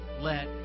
let